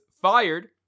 fired